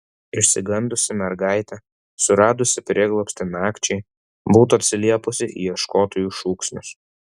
išsigandusi mergaitė suradusi prieglobstį nakčiai būtų atsiliepusi į ieškotojų šūksnius